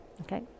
Okay